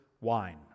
wine